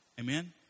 Amen